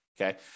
Okay